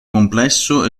complesso